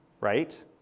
right